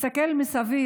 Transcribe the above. נסתכל מסביב.